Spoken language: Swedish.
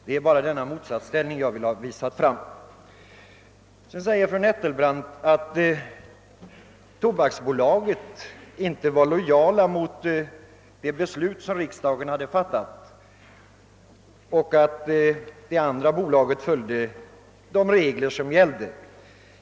Det är bara denna motsatsställning jag ville visa på. Fru Nettelbrandt sade vidare att Tobaksbolaget inte var lojalt mot det beslut som riksdagen hade fattat och att det andra bolaget följde de regler som gällde.